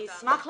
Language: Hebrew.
אני אשמח לדעת.